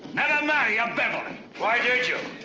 marry a beverly! why did you?